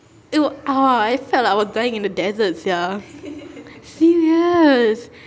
it !wah! I felt like I was dying in the desert sia serious